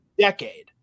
decade